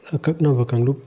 ꯑꯀꯛꯅꯕ ꯀꯥꯡꯂꯨꯞ